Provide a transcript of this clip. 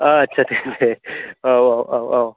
आटसा दे दे औ औ औ